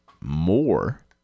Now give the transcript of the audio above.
more